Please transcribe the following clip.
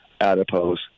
adipose